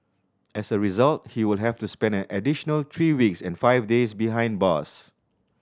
as a result he will have to spend an additional three weeks and five days behind bars